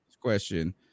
question